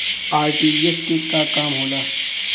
RTGS के का काम होला?